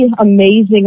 amazing